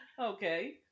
Okay